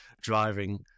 driving